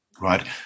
right